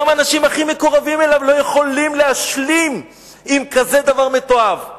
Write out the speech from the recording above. גם האנשים המקורבים אליו לא יכולים להשלים עם דבר כזה מתועב.